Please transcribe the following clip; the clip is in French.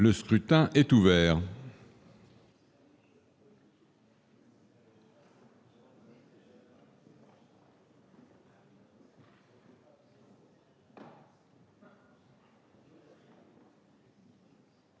Le scrutin est ouvert.